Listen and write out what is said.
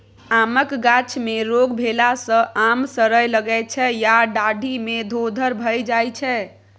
आमक गाछ मे रोग भेला सँ आम सरय लगै छै या डाढ़ि मे धोधर भए जाइ छै